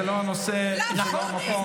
זה לא הנושא, זה לא המקום.